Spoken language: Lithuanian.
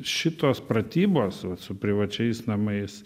šitos pratybos vat su privačiais namais